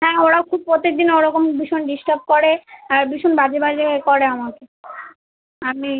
হ্যাঁ ওরাও খুব প্রত্যেক দিন ওরকম ভীষণ ডিস্টার্ব করে আর ভীষণ বাজে বাজে এ করে আমাকে আমি